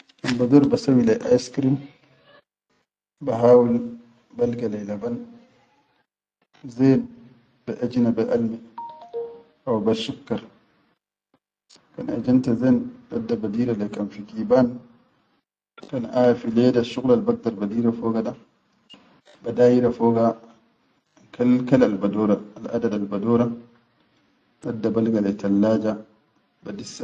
Kan badarro basawwi lai aiskrim bahawil balga lai laban zen baʼejina be alme haw be sukkar kan ejenta zen dadda badira lai kan fi kiban kan aʼa leda asshuqulal bagdar badira fogada badayira foga kalkal albadora al adad albadora dadda balga lai tallaja.